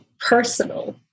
personal